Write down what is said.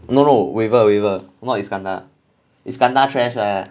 no no waver waver not islander islander trash lah